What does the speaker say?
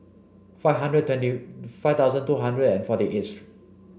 five hundred twenty five thousand two hundred and forty eighth